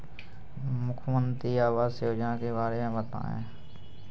मुख्यमंत्री आवास योजना के बारे में बताए?